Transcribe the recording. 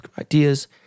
ideas